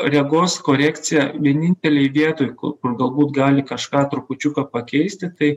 regos korekcija vienintelėj vietoj kur galbūt gali kažką trupučiuką pakeisti tai